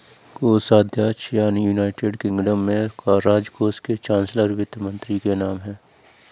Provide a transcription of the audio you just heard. कोषाध्यक्ष या, United Kingdom में, राजकोष के चांसलर वित्त मंत्री के नाम है